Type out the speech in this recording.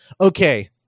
okay